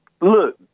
Look